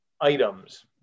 items